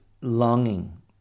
longing